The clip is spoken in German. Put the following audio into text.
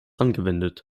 angewendet